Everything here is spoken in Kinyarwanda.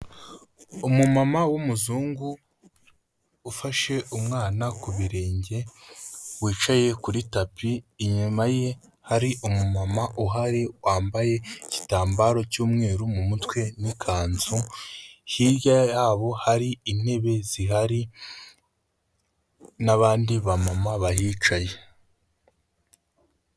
Umumama w'umuzungu, ufashe umwana ku birenge wicaye kuri tapi inyuma ye hari umumama uhari wambaye igitambaro cy'umweru mu mutwe n'ikanzu, hirya yabo hari intebe zihari n'abandi bamama bahicaye.